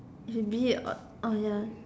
maybe uh um ya